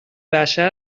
بشر